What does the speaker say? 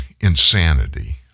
insanity